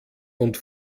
und